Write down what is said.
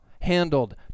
handled